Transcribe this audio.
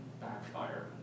backfire